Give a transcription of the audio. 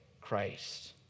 Christ